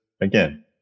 again